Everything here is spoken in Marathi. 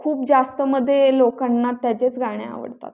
खूप जास्तमध्ये लोकांना त्याचेच गाणे आवडतात